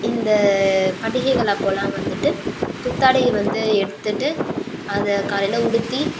இந்த பண்டிகைகள் அப்போல்லாம் வந்துட்டு புத்தாடைகள் வந்து எடுத்துகிட்டு அதை காலையில் உடுத்தி